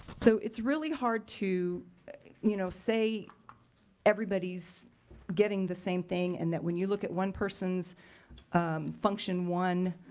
so it's really hard to you know say everybody's getting the same thing and that when you look at one person's function one